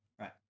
Right